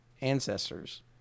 ancestors